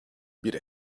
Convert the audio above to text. bir